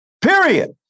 period